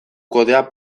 kodea